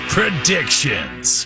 Predictions